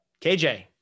KJ